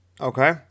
Okay